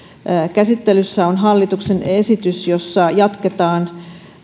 käsittelyssä on hallituksen esitys jossa jatketaan